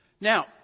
Now